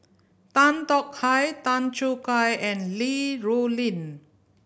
Tan Tong Hye Tan Choo Kai and Li Rulin